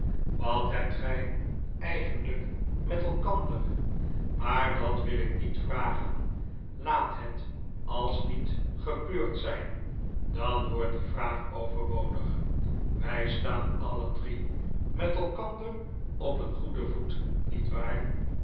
wat hebt gy eigenlyk met elkander maar dat wil ik niet vragen laat het als niet gebeurd zyn dan wordt die vraag overbodig wy staan alle drie met elkander op een goeden voet niet waar